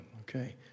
okay